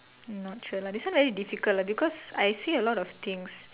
not sure lah this one very difficult lah because I see a lot of things